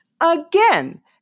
again